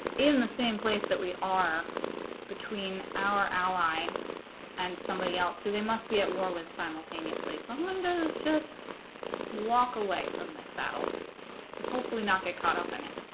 in the same place that we are between our ally and somebody else so they must be at war with simultaneously so i'm i'm do this just walk away from this battle hopefully not get caught up in it